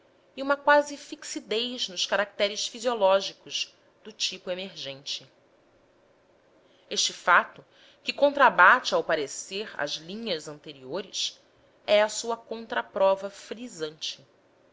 e uma quase fixidez nos caracteres fisiológicos do tipo emergente este fato que contrabate ao parecer as linhas anteriores é a sua contraprova frisante